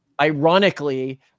ironically